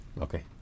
okay